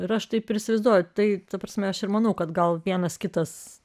ir aš taip įsivaizduoju tai ta prasme aš ir manau kad gal vienas kitas